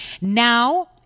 Now